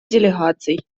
делегаций